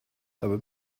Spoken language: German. aber